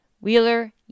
wheeler